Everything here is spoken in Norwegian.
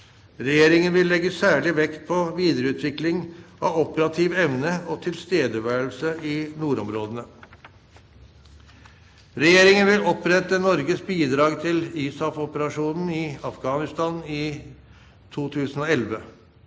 Regjeringen vil legge særlig vekt på videreutvikling av operativ evne og tilstedeværelse i nordområdene. Regjeringen vil opprettholde Norges bidrag til ISAFoperasjonen i Afghanistan i 2011,